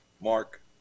Mark